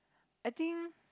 I think